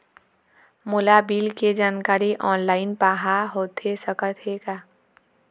मोला बिल के जानकारी ऑनलाइन पाहां होथे सकत हे का?